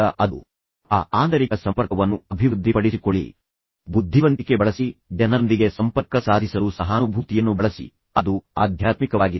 ಮತ್ತು ನೀವು ಅದನ್ನು ಮಾಡಲು ಸಾಧ್ಯವಾದರೆ ಆ ಆಂತರಿಕ ಸಂಪರ್ಕವನ್ನು ಅಭಿವೃದ್ಧಿಪಡಿಸಿಕೊಳ್ಳಿ ನಿಮ್ಮ ಬುದ್ಧಿವಂತಿಕೆ ಬಳಸಿ ಜನರೊಂದಿಗೆ ಸಂಪರ್ಕ ಸಾಧಿಸಲು ನಿಮ್ಮ ಸಹಾನುಭೂತಿಯನ್ನು ಬಳಸಿ ಅವರು ಹೇಳುತ್ತಾರೆ ಅದು ಆಧ್ಯಾತ್ಮಿಕವಾಗಿದೆ